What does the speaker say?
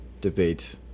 debate